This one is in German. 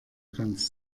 ganz